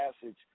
passage